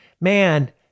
man